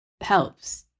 helps